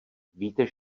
víte